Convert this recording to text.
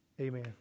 Amen